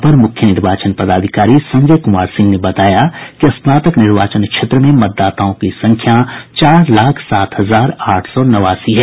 अपर मुख्य निर्वाचन पदाधिकारी संजय कुमार सिंह ने बताया कि स्नातक निर्वाचन क्षेत्र में मतदाताओं की संख्या चार लाख सात हजार आठ सौ नवासी है